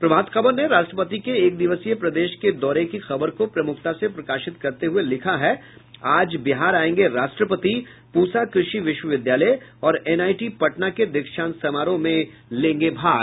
प्रभात खबर ने राष्ट्रपति के एक दिवसीय प्रदेश के दौरे की खबर को प्रमुखता से प्रकाशित करते हुए लिखा है आज बिहार आयेंगे राष्ट्रपति पूसा कृषि विश्वविद्यालय और एनआईटी पटना के दीक्षांत समारोह में लेंगे भाग